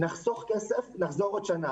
נחסוך כסף ונחזור בעוד שנה.